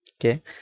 Okay